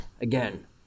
Again